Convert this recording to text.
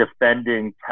defending